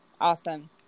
Awesome